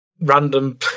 random